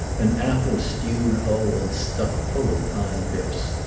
and apples stewed whole and stuck full of pine pips.